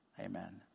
Amen